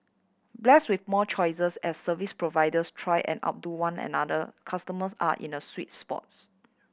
blessed with more choices as service providers try and outdo one another customers are in a sweet spots